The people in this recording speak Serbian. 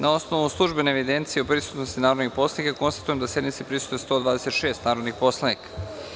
Na osnovu službene evidencije o prisutnosti narodnih poslanika, konstatujem da sednici prisustvuje 126 narodnih poslanika.